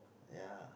ya